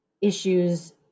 issues